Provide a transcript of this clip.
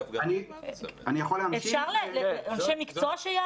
אפשר שיענו אנשי מקצוע?